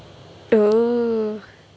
oo